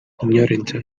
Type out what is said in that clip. inorentzat